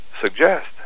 suggest